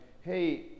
hey